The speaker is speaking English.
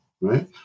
right